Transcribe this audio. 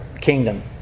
kingdom